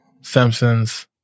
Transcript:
Simpsons